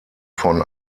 von